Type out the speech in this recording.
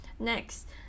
Next